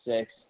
six